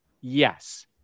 Yes